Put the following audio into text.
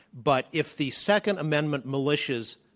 but if the second amendment militias,